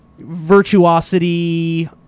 virtuosity